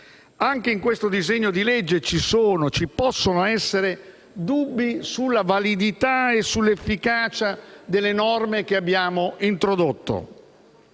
che riguarda il disegno di legge in esame ci possono essere dubbi sulla validità e sull'efficacia delle norme che abbiamo introdotto.